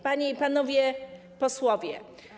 Panie i Panowie Posłowie!